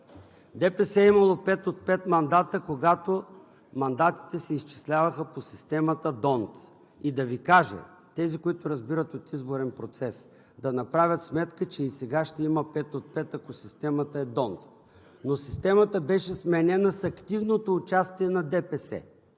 ДПС е имало пет от пет мандата, когато мандатите се изчисляваха по системата „Донт“. Ще Ви кажа: тези, които разбират от изборен процес, да направят сметка, че и сега ще има пет от пет, ако системата е „Донт“. Но системата беше сменена с активното участие на ДПС.